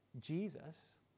Jesus